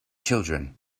children